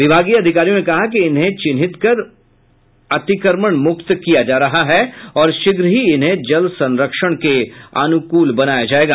विभागीय अधिकारियों ने कहा कि इन्हें चिंहित कर उसे अतिक्रमण मुक्त किया जा रहा है और शीघ्र ही इन्हें जल संरक्षण के अनुकूल बनाया जायेगा